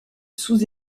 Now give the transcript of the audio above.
sous